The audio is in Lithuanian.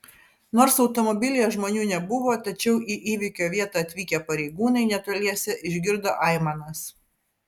nors automobilyje žmonių nebuvo tačiau į įvykio vietą atvykę pareigūnai netoliese išgirdo aimanas